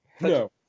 No